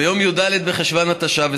ביום י"ד בחשוון התשע"ו,